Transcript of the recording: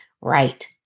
right